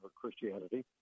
Christianity